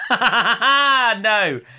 No